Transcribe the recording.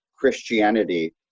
Christianity